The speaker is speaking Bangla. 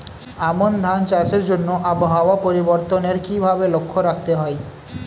আমন ধান চাষের জন্য আবহাওয়া পরিবর্তনের কিভাবে লক্ষ্য রাখতে হয়?